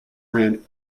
ran